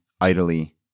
idly